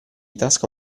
tasca